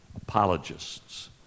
Apologists